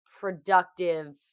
productive